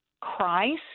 Christ